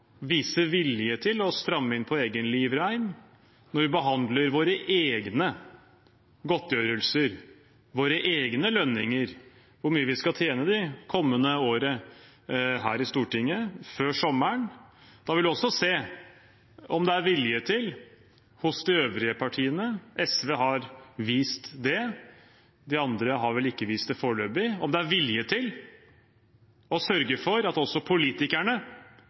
stramme inn på egen livreim når vi behandler våre egne godtgjørelser, våre egne lønninger, hvor mye vi skal tjene det kommende året, her i Stortinget før sommeren. Da vil vi også se om det er vilje til hos de øvrige partiene – SV har vist det, de andre har vel ikke vist det foreløpig – å sørge for at også politikerne,